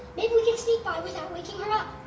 maybe we can sneak by without waking her up?